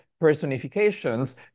personifications